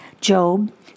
Job